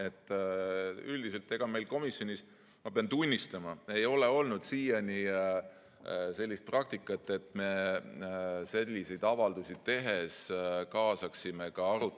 Üldiselt ega meil komisjonis, ma pean tunnistama, ei ole olnud siiani sellist praktikat, et me selliseid avaldusi tehes kaasaksime arutellu